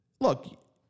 look